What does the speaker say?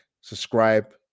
subscribe